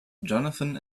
johnathan